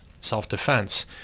self-defense